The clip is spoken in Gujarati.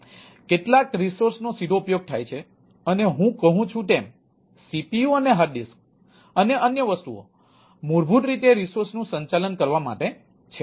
કેટલાક રિસોર્સનો સીધો ઉપયોગ થાય છે અને હું કહું છું તેમ સીપીયુ અને હાર્ડ ડિસ્ક અને અન્ય વસ્તુઓ મૂળભૂત રીતે રિસોર્સનું સંચાલન કરવા માટે છે